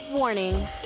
Warning